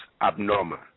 abnormal